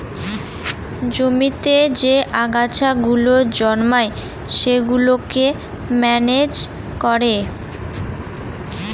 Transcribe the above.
জমিতে যে আগাছা গুলো জন্মায় সেগুলোকে ম্যানেজ করে